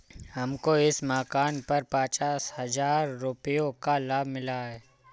हमको इस मकान पर पचास हजार रुपयों का लाभ मिला है